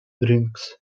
drinks